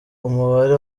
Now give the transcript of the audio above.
umubare